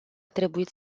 trebuit